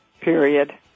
period